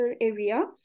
area